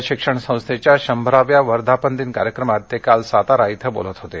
रयत शिक्षण संस्थेच्या शंभराव्या वर्धापनदिन कार्यक्रमात ते काल सातारा शि बोलत होते